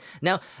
Now